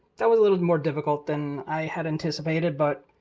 that was a little more difficult than i had anticipated, but,